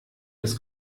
des